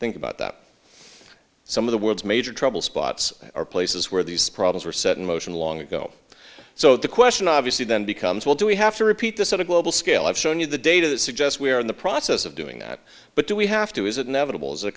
think about that some of the world's major trouble spots are places where these problems were set in motion long ago so the question obviously then becomes well do we have to repeat this on a global scale i've shown you the data that suggests we are in the process of doing that but do we have to is it